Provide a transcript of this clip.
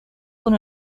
con